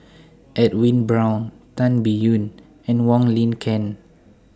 Edwin Brown Tan Biyun and Wong Lin Ken